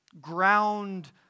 ground